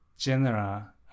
genera